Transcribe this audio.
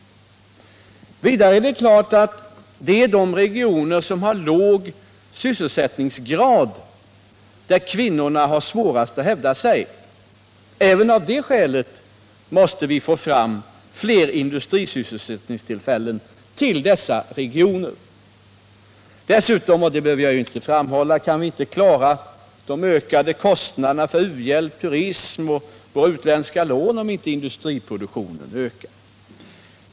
Det är i regioner med låg sysselsättningsgrad som kvinnorna har svårast att hävda sig. Även av det skälet måste vi få fram fler industrisysselsättningstillfällen i dessa regioner. Dessutom — det behöver jag knappast framhålla — kan vi inte klara de ökade kostnaderna för u-hjälp, turism och våra utländska lån om inte industriproduktionen ökar.